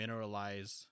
mineralize